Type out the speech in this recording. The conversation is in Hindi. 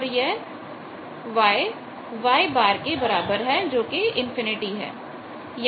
और यह Y Y के बराबर है जो कि इनफिनिटी है